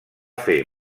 fer